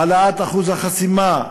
העלאת אחוז החסימה,